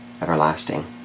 everlasting